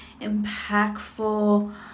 impactful